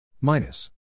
Minus